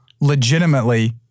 legitimately